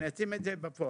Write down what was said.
לשים את זה בפועל.